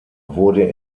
wurde